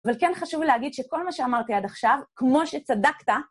אבל כן חשוב להגיד שכל מה שאמרתי עד עכשיו, כמו שצדקת...